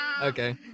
Okay